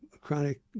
chronic